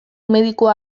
medikua